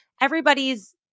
everybody's